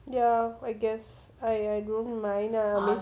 ya I guess I I don't mind ah